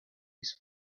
next